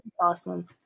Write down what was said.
awesome